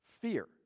fear